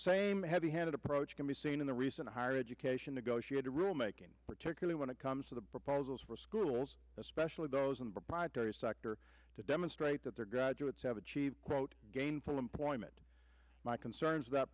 same heavy handed approach can be seen in the recent higher education negotiated rule making particularly when it comes to the proposals for schools especially those in the proprietary sector to demonstrate that their graduates have achieved quote gainful employment my concerns